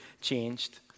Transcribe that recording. changed